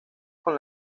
con